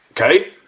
Okay